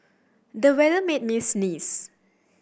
the weather made me sneeze